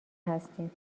هستیم